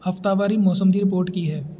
ਹਫ਼ਤਾਵਾਰੀ ਮੌਸਮ ਦੀ ਰਿਪੋਰਟ ਕੀ ਹੈ